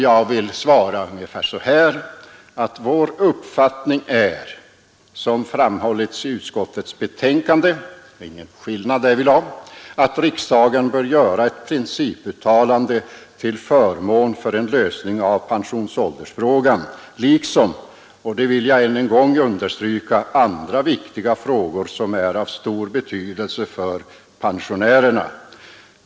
Jag vill svara ungefär så här: Vår uppfattning är — som framhållits i utskottets betänkande, det är ingen skillnad därvidlag — att riksdagen bör göra ett principuttalande till förmån för en lösning av pensionsåldersfrågan liksom — det vill jag än en gång understryka — andra viktiga frågor som är av stor betydelse för pensionärerna.